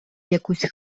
якусь